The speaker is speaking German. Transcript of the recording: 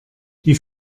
die